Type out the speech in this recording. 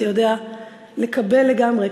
שיודע לקבל לגמרי,